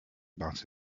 about